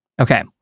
Okay